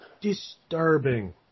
disturbing